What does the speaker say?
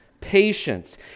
patience